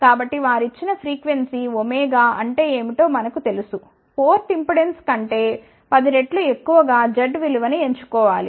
కాబట్టి వారు ఇచ్చిన ఫ్రీక్వెన్సీ ω అంటే ఏమిటో మనకు తెలుసుపోర్ట్ ఇంపెడెన్స్ కంటే 10 రెట్లు ఎక్కువ గా Z విలువ ను ఎంచుకోండి